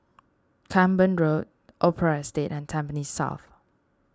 Camborne Road Opera Estate and Tampines South